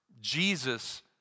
Jesus